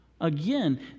Again